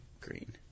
green